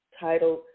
titled